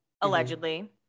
allegedly